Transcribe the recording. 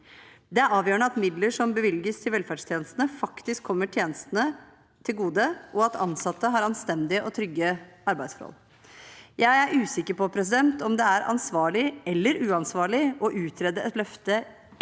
velferdstjenestene vilges i velferdstjenestene, faktisk kommer tjenestene til gode, og at ansatte har anstendige og trygge arbeidsforhold. Jeg er usikker på om det er ansvarlig eller uansvarlig å utrede et løfte etter